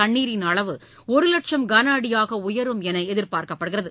தண்ணீரின் அளவு ஒரு லட்சம் கன அடியாக உயரும் என்று எதிர்பார்க்கப்படுகிறது